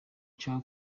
nshaka